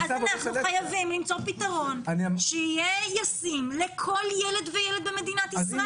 אז אנחנו חייבים למצוא פתרון שיהיה ישים לכל ילד וילד במדינת ישראל.